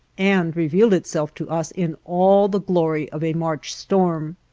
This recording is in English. and revealed itself to us in all the glory of a march storm.